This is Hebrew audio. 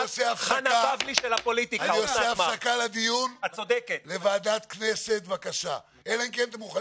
אבל כרגע אנחנו נבקש מחברי הכנסת להצביע בעד ההצעה הזאת בקריאה שנייה